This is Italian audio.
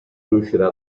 riuscirà